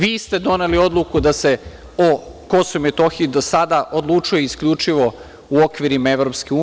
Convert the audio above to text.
Vi ste doneli odluku da se o KiM do sada odlučuje isključivo u okvirima EU.